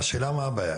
השאלה מה הבעיה.